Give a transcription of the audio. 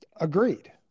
Agreed